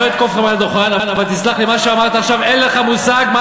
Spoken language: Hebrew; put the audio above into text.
אז אני לא אתקוף אותך מעל הדוכן,